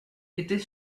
était